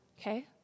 Okay